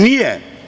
Nije.